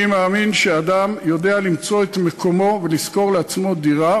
אני מאמין שאדם יודע למצוא את מקומו ולשכור לעצמו דירה,